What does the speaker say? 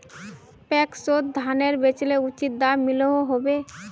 पैक्सोत धानेर बेचले उचित दाम मिलोहो होबे?